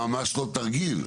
ממש לא תרגיל.